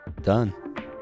Done